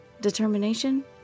Determination